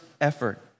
effort